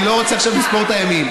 אני לא רוצה עכשיו לספור את הימים,